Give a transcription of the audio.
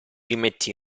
rimetti